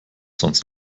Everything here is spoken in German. sonst